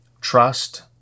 trust